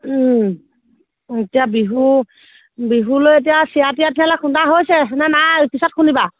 এতিয়া বিহু বিহুলৈ এতিয়া চিৰা তিৰা তেতিয়াহ'লে খুন্দা হৈছেনে নাই পিছত খুন্দিবা